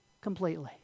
completely